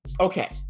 Okay